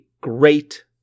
great